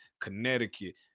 Connecticut